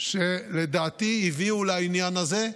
שלדעתי הביאו לעניין הזה.